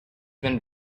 been